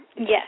Yes